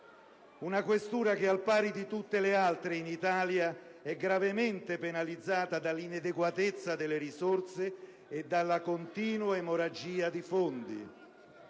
di Milano, che al pari di tutte le altre in Italia è gravemente penalizzata dalla inadeguatezza delle risorse e dalla continua emorragia di fondi.